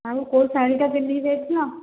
ଆଉ କୋଉ ଶାଢ଼ୀଟା ପିନ୍ଧିକି ଯାଇଥିଲ